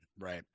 right